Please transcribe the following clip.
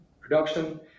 production